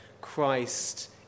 Christ